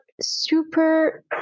super